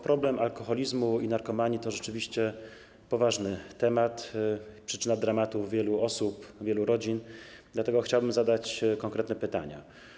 Problem alkoholizmu i narkomanii to rzeczywiście poważny temat, przyczyna dramatu wielu osób, wielu rodzin, dlatego chciałbym zadać konkretne pytania.